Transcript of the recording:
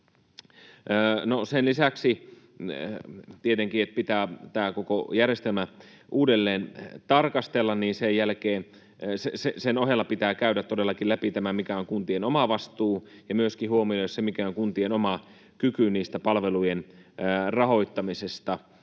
Sen lisäksi tietenkin, että pitää tämä koko järjestelmä uudelleen tarkastella, pitää käydä todellakin läpi tämä, mikä on kuntien oma vastuu, ja myöskin huomioida se, mikä on kuntien oma kyky niiden palvelujen rahoittamiseen,